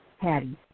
Patty